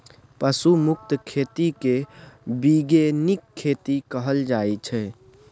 पशु मुक्त खेती केँ बीगेनिक खेती कहल जाइ छै